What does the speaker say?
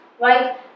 right